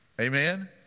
Amen